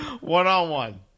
One-on-one